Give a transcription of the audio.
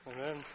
Amen